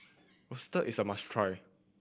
risotto is a must try